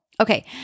Okay